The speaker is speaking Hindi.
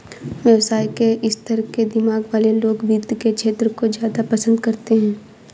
व्यवसाय के स्तर के दिमाग वाले लोग वित्त के क्षेत्र को ज्यादा पसन्द करते हैं